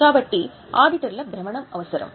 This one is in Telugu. కాబట్టి ఆడిటర్ల భ్రమణం అవసరం